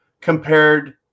compared